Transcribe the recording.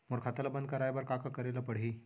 मोर खाता ल बन्द कराये बर का का करे ल पड़ही?